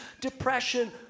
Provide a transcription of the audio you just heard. depression